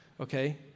okay